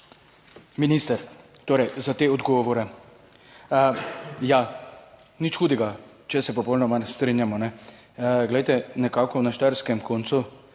minister, za te odgovore. Ja, nič hudega, če se popolnoma strinjamo. Kajne? Glejte, nekako na štajerskem koncu